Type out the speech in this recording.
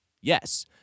Yes